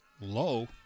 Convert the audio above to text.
Low